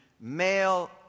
male